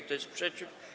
Kto jest przeciw?